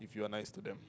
if you are nice to them